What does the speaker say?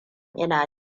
ina